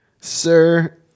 Sir